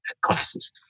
classes